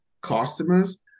customers